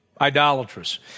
idolatrous